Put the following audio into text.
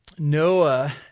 Noah